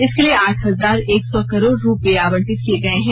इसके लिए आठ हजार एक सौ करोड़ रुपए आवंटित किए गए हैं